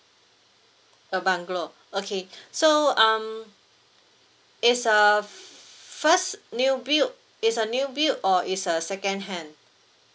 a bungalow okay so um it's a first new build it's a new build or it's a second-hand